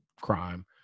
crime